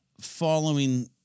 following